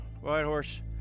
Whitehorse